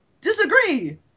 disagree